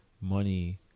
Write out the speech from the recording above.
money